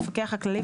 המפקח הכללי,